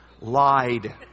lied